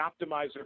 optimizer